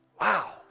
wow